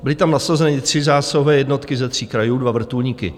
Byly tam nasazeny tři zásahové jednotky ze tří krajů, dva vrtulníky.